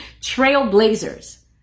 trailblazers